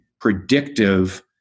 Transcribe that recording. predictive